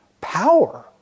power